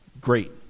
great